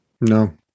No